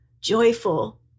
joyful